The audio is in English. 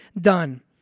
done